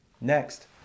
Next